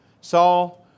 Saul